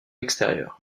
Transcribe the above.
extérieur